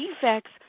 defects